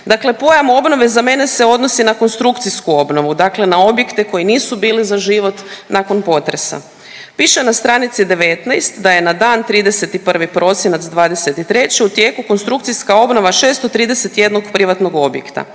Dakle, pojam obnove za mene se odnosi na konstrukcijsku obnovu, dakle na objekte koji nisu bili za život nakon potresa. Piše na stranici 19 da je na dan 31. prosinac '23. u tijeku konstrukcijska obnova 631 privatnog objekta.